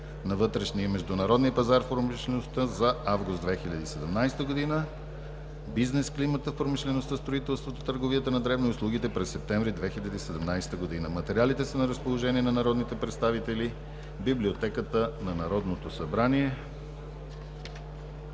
на вътрешния и международния пазар в промишлеността за август 2017 г., бизнес климата в промишлеността, строителството, търговията на дребно и услугите през септември 2017 г. Материалите са на разположение на народните представители в Библиотеката на Народното събрание.